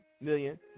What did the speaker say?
million